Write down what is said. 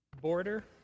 border